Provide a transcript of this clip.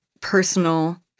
personal